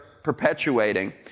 perpetuating